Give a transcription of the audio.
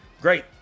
Great